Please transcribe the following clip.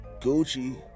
Gucci